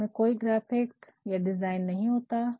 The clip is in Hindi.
इसमें कोई ग्राफ़िक या डिज़ाइन नहीं होता है